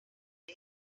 die